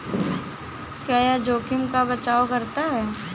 क्या यह जोखिम का बचाओ करता है?